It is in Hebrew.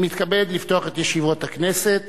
אני מתכבד לפתוח את ישיבת הכנסת.